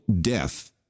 death